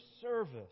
service